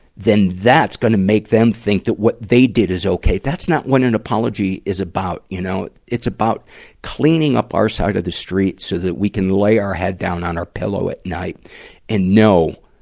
then that's gonna make them think that what they did is okay. that's not what an apology is about, you know. it's about cleaning up our side of the street so that we can lay our head down on our pillow at night and know,